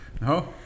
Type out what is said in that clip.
No